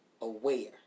aware